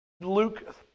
Luke